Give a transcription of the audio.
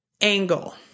angle